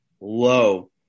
low